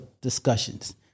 discussions